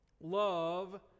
Love